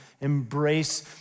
embrace